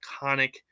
iconic